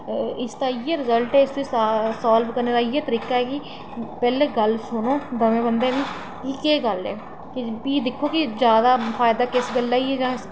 इसदा इ'यै रिजल्ट ऐ साल्व करने दा इ'यै तरीका ऐ कि पैह्ले गल्ल सुनो दूए बंदे दी इ'यै गल्ल ऐ भी दिक्खो कि जैदा किस गल्ला ई